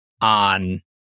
on